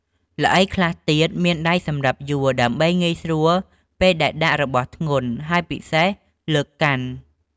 ល្អីខ្លះទៀតមានដៃសម្រាប់យួរ ដើម្បីងាយស្រួលនៅពេលដែលដាក់របស់ធ្ងន់ ហើយពិសេសលើកកាន់។